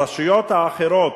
הרשויות האחרות,